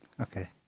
Okay